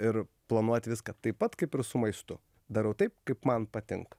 ir planuoti viską taip pat kaip ir su maistu darau taip kaip man patinka